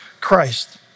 Christ